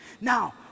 Now